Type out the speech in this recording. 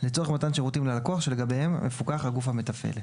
לצורך מתן שירותים ללקוח שלגביהם מפוקח הגוף המתפעל,